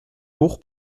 lourd